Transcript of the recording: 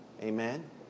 Amen